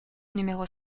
numéro